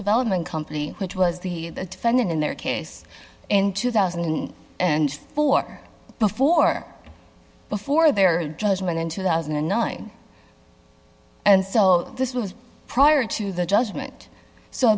development company which was the defendant in their case in two thousand and four before before their judgment in two thousand and nine and so this was prior to the judgment so